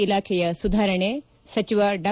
ಇಲಾಖೆಯ ಸುಧಾರಣೆ ಸಚಿವ ಡಾ